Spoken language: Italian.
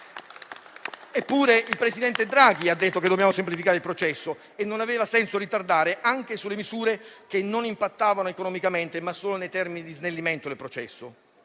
Pure il presidente Draghi ha detto che dobbiamo semplificare il processo e che non avevano senso i ritardi sulle misure che non avevano un impatto economicamente, ma solo in termini di snellimento del processo.